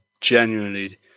genuinely